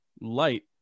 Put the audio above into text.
light